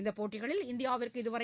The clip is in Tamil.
இந்தப் போட்டிகளில் இந்தியாவிற்கு இதுவரை